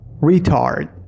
Retard